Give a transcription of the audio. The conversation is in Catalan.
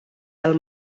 del